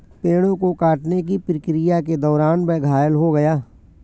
पेड़ों को काटने की प्रक्रिया के दौरान वह घायल हो गया